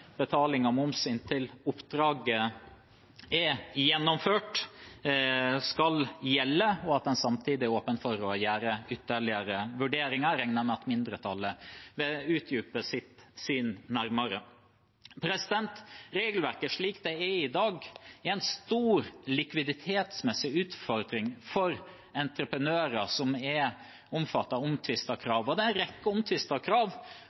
betaling av moms inntil oppdraget er gjennomført, skal gjelde, og at en samtidig er åpen for å gjøre ytterligere vurderinger. Jeg regner med at mindretallet vil utdype sitt syn nærmere. Regelverket, slik det er i dag, er en stor likviditetsmessig utfordring for entreprenører som er omfattet av omtvistede krav. Det er en rekke omtvistede krav.